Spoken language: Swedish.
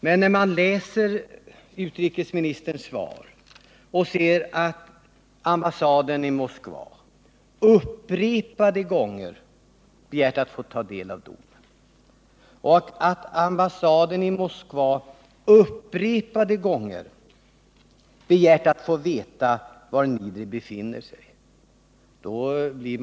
Men av utrikesministerns svar framgår att svenska ambassaden i Moskva upprepade gånger begärt att få ta del av domen och upprepade gånger begärt att få veta var Niedre befinner sig, utan att få svar.